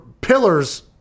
pillars